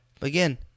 again